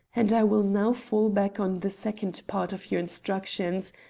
and i will now fall back on the second part of your instructions,